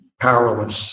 powerless